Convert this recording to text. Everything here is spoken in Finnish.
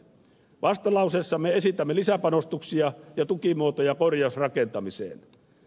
vastalauseessamme esitämme lisäpanostuksia ja tukimuotoja korjausrakentamiseen